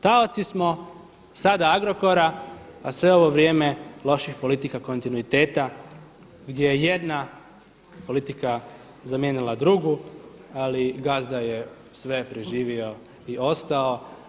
Taoci smo sada Agrokora, a sve ovo vrijeme loših politika kontinuiteta gdje je jedna politika zamijenila drugu, ali gazda je sve preživio i ostalo.